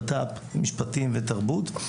בט"פ, משפטים ותרבות.